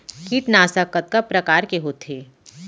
कीटनाशक कतका प्रकार के होथे?